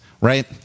Right